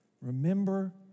remember